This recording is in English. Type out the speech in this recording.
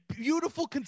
Beautiful